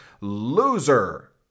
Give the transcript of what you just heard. loser